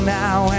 now